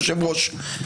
היושב-ראש,